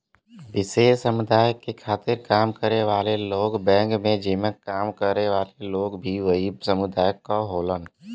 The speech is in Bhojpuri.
विशेष समुदाय के खातिर काम करे वाला बैंक जेमन काम करे वाले लोग भी वही समुदाय क होलन